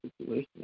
situation